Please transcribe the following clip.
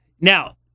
Now